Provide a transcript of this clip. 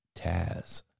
Taz